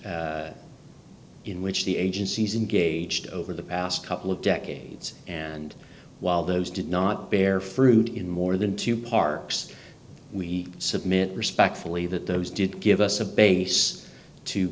in which the agencies and gauged over the past couple of decades and while those did not bear fruit in more than two parks we submit respectfully that those did give us a base to